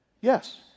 Yes